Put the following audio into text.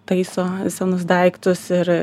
taiso senus daiktus ir